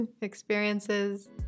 experiences